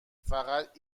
فقط